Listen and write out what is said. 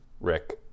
Rick